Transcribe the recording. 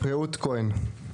רעות כהן.